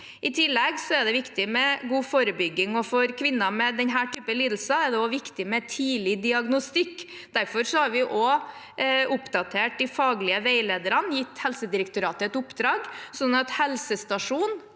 I tillegg er det viktig med god forebygging. For kvinner med denne typen lidelser er det viktig med tidlig diagnostikk. Derfor har vi også oppdatert de faglige veilederne, gitt Helsedirektoratet et oppdrag, sånn at helsestasjonene,